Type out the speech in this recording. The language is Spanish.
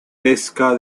pesca